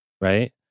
right